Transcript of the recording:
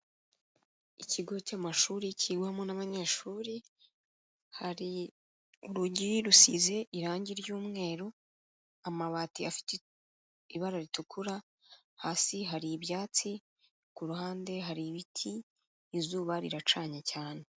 Ikigo cy'amashuri kigwamo n'abanyeshuri, hari urugi rusize irange ry'umweru, amabati afite ibara ritukura, hasi hari ibyatsi, ku ruhande hari ibiti, izuba riracanye cyane.